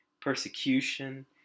persecution